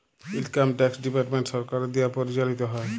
income tax department সরকারের দিয়া পরিচালিত হ্যয়